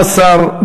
סעיף 1 נתקבל.